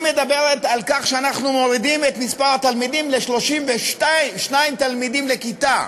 היא מדברת על כך שאנחנו מורידים את מספר התלמידים ל-32 תלמידים לכיתה,